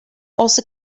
also